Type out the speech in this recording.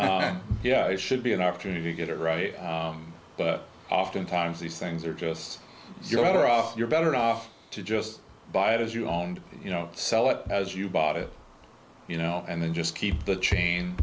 be yeah it should be an opportunity to get it right but often times these things are just your off you're better off to just buy it as you own you know sell it as you bought it you know and then just keep the chain